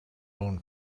own